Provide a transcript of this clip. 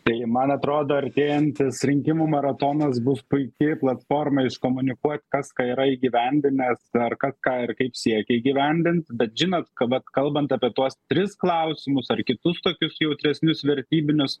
tai man atrodo artėjantis rinkimų maratonas bus puiki platforma iškomunikuot kas ką yra įgyvendinęs ar kas ką ir kaip siekia įgyvendint bet žinot kada kalbant apie tuos tris klausimus ar kitus tokius jautresnius vertybinius